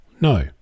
no